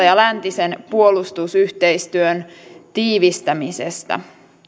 ja läntisen puolustusyhteistyön tiivistämisestä